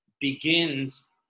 begins